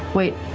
wait,